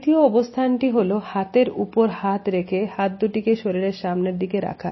তৃতীয় অবস্থান টি হল হাতের উপর হাত রেখে হাত দুটিকে শরীরের সামনে দিকে রাখা